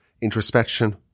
introspection